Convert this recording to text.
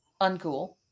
uncool